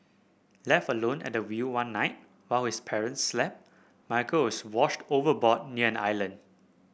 left alone at the wheel one night while his parents slept Michael is washed overboard near an island